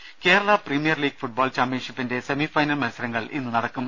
രുര Kerala premier league football ചാമ്പ്യൻഷിപ്പിന്റെ semifinal മത്സരങ്ങൾ ഇന്ന് നടക്കും